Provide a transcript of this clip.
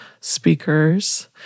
speakers